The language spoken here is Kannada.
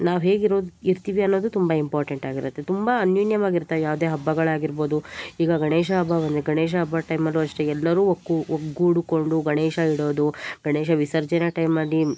ನಾವು ಹೇಗೆ ಇರೋದು ಇರ್ತೀವಿ ಅನ್ನೋದು ತುಂಬ ಇಂಪಾರ್ಟೆಂಟಾಗಿರುತ್ತೆ ತುಂಬ ಅನ್ಯೋನ್ಯವಾಗಿರ್ತೇವೆ ಯಾವುದೇ ಹಬ್ಬಗಳಾಗಿರ್ಬೋದು ಈಗ ಗಣೇಶ ಹಬ್ಬ ಬಂದಿದೆ ಗಣೇಶ ಹಬ್ಬದ ಟೈಮಲ್ಲೂ ಅಷ್ಟೇ ಎಲ್ಲರೂ ಒಕ್ಕು ಒಗ್ಗೂಡಿಕೊಂಡು ಗಣೇಶ ಇಡೋದು ಗಣೇಶ ವಿಸರ್ಜನೆ ಟೈಮಲ್ಲಿ